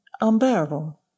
unbearable